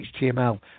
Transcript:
html